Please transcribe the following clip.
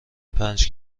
پنج